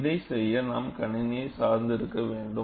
இதை செய்ய நாம் கணினியை சார்ந்து இருக்க வேண்டும்